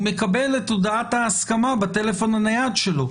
הוא מקבל את הודעת ההסכמה בטלפון הנייד שלו.